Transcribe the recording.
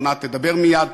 וענת תדבר מייד,